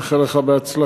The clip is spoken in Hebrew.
אני מאחל לך הצלחה.